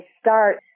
start